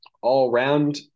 all-round